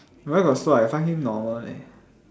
where got slow I find him normal leh